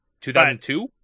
2002